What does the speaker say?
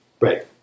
right